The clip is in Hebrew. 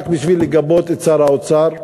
רק בשביל לגבות את שר האוצר?